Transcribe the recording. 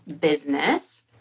business